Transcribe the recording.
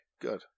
Good